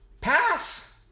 pass